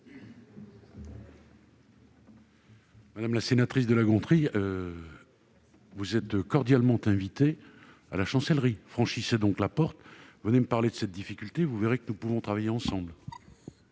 Madame la sénatrice de La Gontrie, vous êtes cordialement invitée à la Chancellerie. Franchissez-en donc la porte, venez me parler de cette difficulté : vous verrez que nous pourrons travailler ensemble.